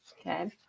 okay